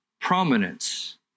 prominence